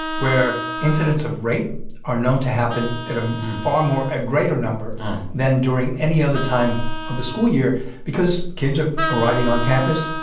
where incidents of rape are known to happen at a far more a greater number than during any other time of the school year because kids are arriving on campus,